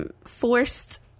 Forced